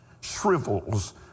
shrivels